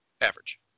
Average